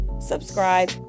subscribe